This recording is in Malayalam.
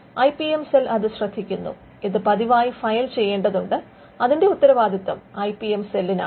ഐ പി എം സെൽ അത് ശ്രദ്ധിക്കുന്നു ഇത് പതിവായി ഫയൽ ചെയ്യേണ്ടതുണ്ട് അതിന്റെ ഉത്തരവാദിത്തവും ഐ പി എം സെല്ലിനാണ്